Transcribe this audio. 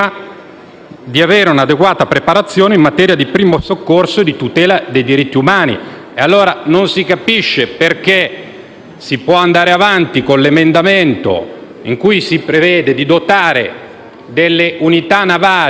in mare, un'adeguata preparazione in materia di primo soccorso e tutela dei diritti umani. Non si capisce allora perché si possa andare avanti con l'emendamento in cui si prevede di dotare delle unità navali